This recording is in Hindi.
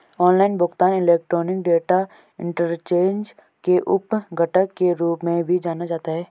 ऑनलाइन भुगतान इलेक्ट्रॉनिक डेटा इंटरचेंज के उप घटक के रूप में भी जाना जाता है